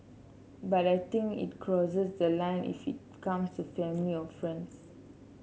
but I think it crosses the line if it comes family or friends